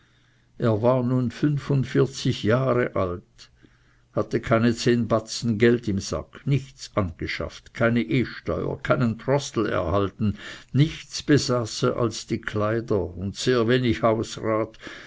er war nun jahre alt hatte keine batzen geld im sack nichts angeschafft keine ehesteuer keinen trossel erhalten nichts besaß er als die kleider und sehr wenig hausrat